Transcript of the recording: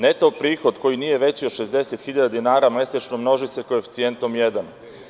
Neto prihod koji nije veći od 60.000 dinara mesečno množi se koeficijentom jedan.